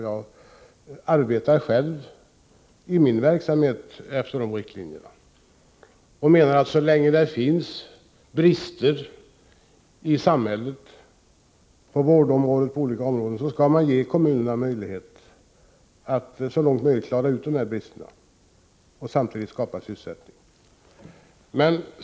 Jag arbetar själv i min verksamhet efter de riktlinjerna och menar att så länge det finns brister i samhället på vårdområdet och på andra områden, skall man ge kommunerna möjlighet att avhjälpa dessa brister och samtidigt skapa sysselsättning.